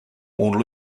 more